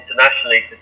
internationally